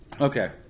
Okay